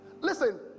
Listen